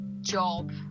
job